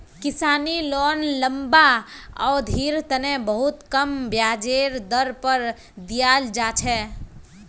किसानी लोन लम्बा अवधिर तने बहुत कम ब्याजेर दर पर दीयाल जा छे